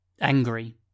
angry